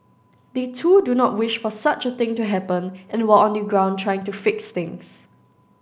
they too do not wish for such a thing to happen and were on the ground trying to fix things